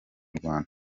rwanda